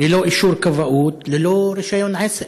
ללא אישור כבאות, ללא רישיון עסק.